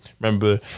Remember